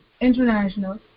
International